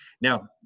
Now